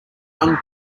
young